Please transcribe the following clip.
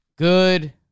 Good